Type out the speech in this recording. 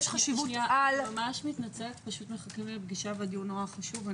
אני מתנצלת מחכים לי בפגישה בדיון נורא חשוב.